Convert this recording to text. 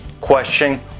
question